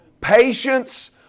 patience